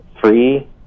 free